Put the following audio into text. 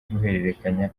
guhererekanya